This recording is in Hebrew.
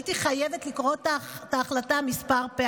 הייתי חייבת לקרוא את ההחלטה כמה פעמים.